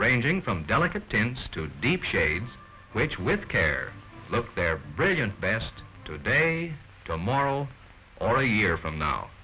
ranging from delicate dance to a deep shade which with care look they're brilliant best today tomorrow or a year from now